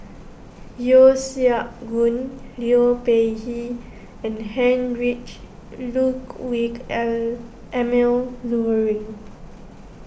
Yeo Siak Goon Liu Peihe and Heinrich Ludwig Emil Luering